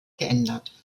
geändert